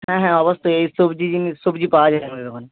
হ্যাঁ হ্যাঁ অবশ্যই এই সবজি জিনিস সবজি পাওয়া যায় আমাদের দোকানে